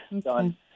done